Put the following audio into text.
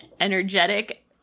energetic